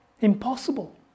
Impossible